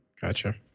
Gotcha